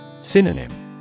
Synonym